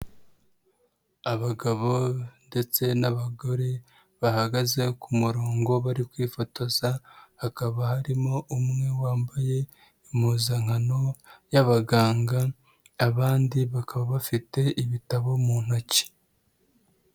Abagabo ndetse n'abagore, bahagaze ku murongo bari kwifotoza, hakaba harimo umwe wambaye impuzankano y'abaganga, abandi bakaba bafite ibitabo mu ntoki.